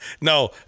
No